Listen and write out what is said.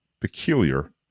peculiar